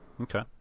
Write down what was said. okay